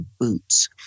boots